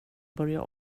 börja